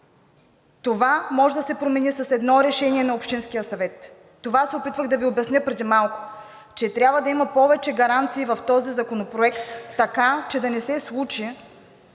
това може да се промени с едно решение на Общинския съвет. Това се опитвах да Ви обясня преди малко – че трябва да има повече гаранции в този законопроект, така, че да не се случи